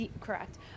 correct